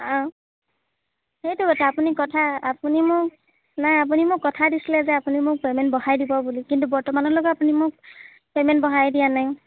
অঁ সেইটো কথা আপুনি কথা আপুনি মোক নাই আপুনি মোক কথা দিছিলে যে আপুনি মোক পেমেণ্ট বঢ়াই দিব বুলি কিন্তু বৰ্তমানলৈকে আপুনি মোক পেমেণ্ট বঢ়াই দিয়া নাই